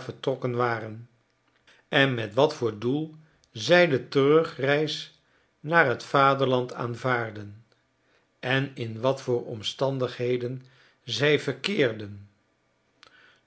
vertrokken waren en met wat voor doel zij de terugreis naar t vaderland aanvaarden en in wat voor omstandigheden zij verkeerden